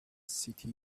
city